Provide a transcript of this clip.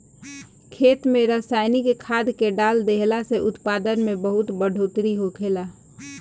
खेत में रसायनिक खाद्य के डाल देहला से उत्पादन में बहुत बढ़ोतरी होखेला